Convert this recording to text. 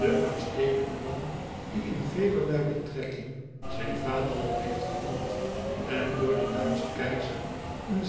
den uitstekenden man die in velerlei betrekking zijn vaderland heeft gediend en door den uitschen keizer in